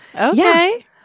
Okay